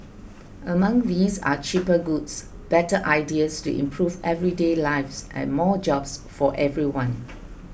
among these are cheaper goods better ideas to improve everyday lives and more jobs for everyone